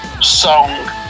song